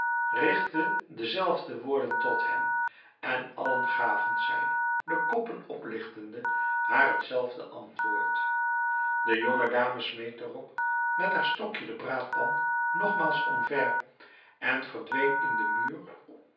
rigtte dezelfde woorden tot hen en allen gaven zij de koppen opligtende haar het zelfde antwoord de jonge dame smeet daarop met haar stokje de braadpan nogmaals omver en verdween in den muur